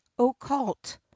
Occult